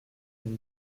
une